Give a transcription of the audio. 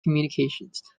communications